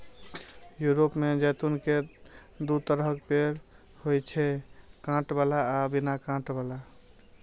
Europe मे जैतून के दू तरहक पेड़ होइ छै, कांट बला आ बिना कांट बला